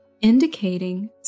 indicating